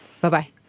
bye-bye